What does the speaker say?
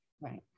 Right